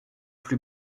plus